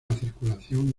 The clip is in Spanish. circulación